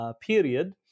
period